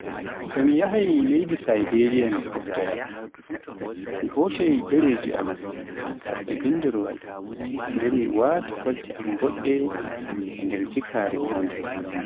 So mi yahhay leydi Saberiya mi foftoya, mi hoccai defreji am, a bindorwal, nden mi waata kolte boɗɗe ender jikaare an mawnde..